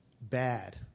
bad